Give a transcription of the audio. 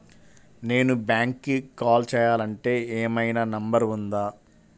నేను బ్యాంక్కి కాల్ చేయాలంటే ఏమయినా నంబర్ ఉందా?